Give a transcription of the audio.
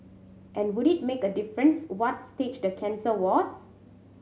and would it make a difference what stage the cancer was